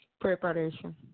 Preparation